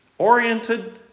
oriented